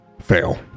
Fail